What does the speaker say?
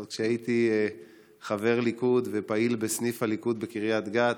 עוד כשהייתי חבר ליכוד ופעיל בסניף הליכוד בקריית גת.